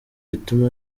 bituma